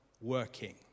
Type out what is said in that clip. working